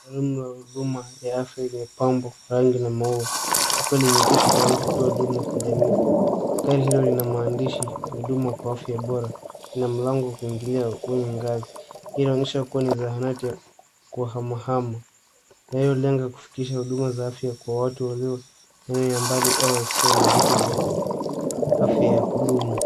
Gari la huduma ya afya iliyopambwa kwa rangi na maua likiwa limeegeshwa tayari kutoa huduma kwa jamii. Gari hilo lina maandishi "Huduma kwa Afya Bora" na mlango wa kuingilia wenye ngazi. Hii inaonyesha kuwa ni zahanati ya kuhamahama inayolenga kufikisha huduma za afya kwa watu walio eneo ya mbali au yasiyo na vitu vya afya ya kudumu.